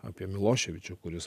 apie miloševičių kuris